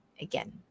again